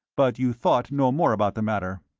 but you thought no more about the matter?